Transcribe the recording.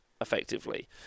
effectively